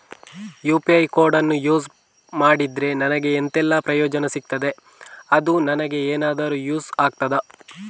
UPI ಕೋಡನ್ನು use ಮಾಡಿದ್ರೆ ನನಗೆ ಎಂಥೆಲ್ಲಾ ಪ್ರಯೋಜನ ಸಿಗ್ತದೆ, ಅದು ನನಗೆ ಎನಾದರೂ ಯೂಸ್ ಆಗ್ತದಾ?